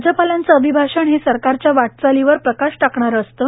राज्यपालांचं अभिभाषण हे सरकारच्या वाटचालीवर प्रकाश टाकणार असतं